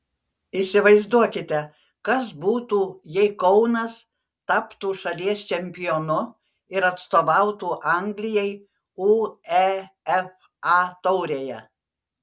įsivaizduokite kas būtų jei kaunas taptų šalies čempionu ir atstovautų anglijai uefa taurėje